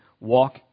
walk